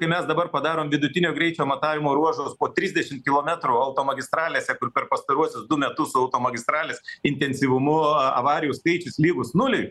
kai mes dabar padarom vidutinio greičio matavimo ruožus po trisdešimt kilometrų automagistralėse kur per pastaruosius du metus automagistralės intensyvumu a avarijų skaičius lygus nuliui